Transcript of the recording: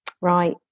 right